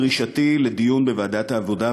דרישתי לדיון בוועדת העבודה,